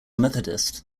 methodist